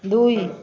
ଦୁଇ